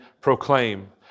proclaim